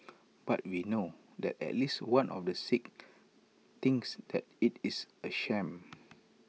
but we know that at least one of the six thinks that IT is A sham